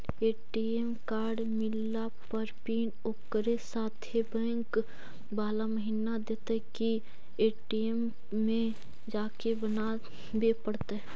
ATM card मिलला पर PIN ओकरे साथे बैक बाला महिना देतै कि ए.टी.एम में जाके बना बे पड़तै?